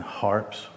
harps